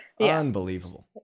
Unbelievable